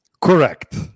correct